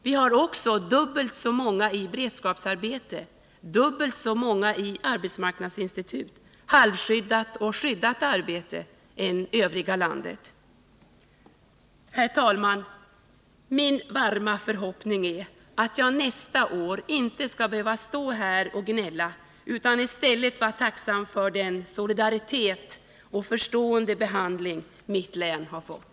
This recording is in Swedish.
Vi har också dubbelt så många i beredskapsarbete, dubbelt så många i arbetsmarknadsinstitut samt halvskyddat och skyddat arbete som övriga län genomsnittligt har. Herr talman! Min varma förhoppning är att jag nästa år inte skall behöva stå här och gnälla utan i stället kan vara tacksam för den solidaritet och den förstående behandling mitt län har fått.